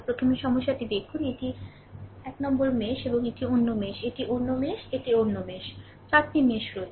প্রথমে সমস্যাটি দেখুন এটি 1 মেশ এবং এটি অন্য মেশ এটি অন্য মেশ এটি অন্য মেশ 4 টি মেশ রয়েছে